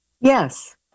Yes